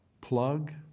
plug